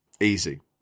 easy